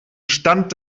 stand